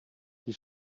die